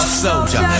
soldier